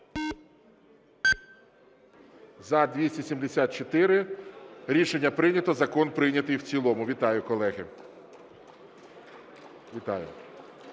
За-274 Рішення прийнято. Закон прийнятий в цілому. Вітаю, колеги.